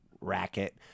racket